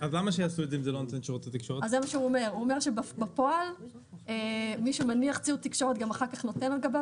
ההצבעה על סעיף (11) כוללת את התיקון שהצענו להגדרת